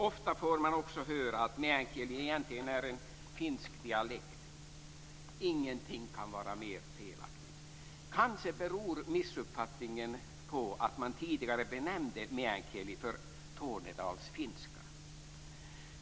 Ofta får man också höra att meänkieli egentligen är en finsk dialekt. Ingenting kan vara mer felaktigt. Kanske beror missuppfattningen på att man tidigare benämnde meänkieli tornedalsfinska.